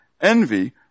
envy